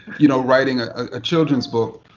you know, writing a children's book.